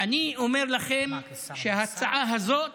אני אומר לכם שההצעה הזאת